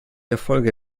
erfolge